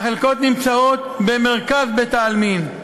החלקות נמצאות במרכז בית-העלמין,